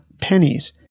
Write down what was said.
Pennies